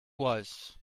was